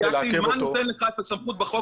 לא דייקתי אבל מה נותן לך את הסמכות בחוק